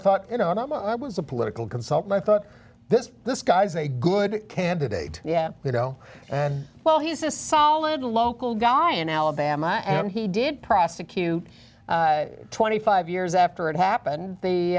thought you know and i was a political consultant i thought this this guy's a good candidate yeah you know and well he's a solid local guy in alabama and he did prosecute twenty five years after it happened